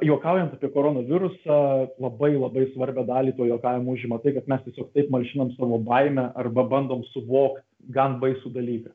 juokaujant apie koronavirusą labai labai svarbią dalį to juokavimo užima tai kad mes tiesiog taip malšinam savo baimę arba bandom suvokt gan baisų dalyką